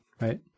right